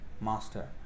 Master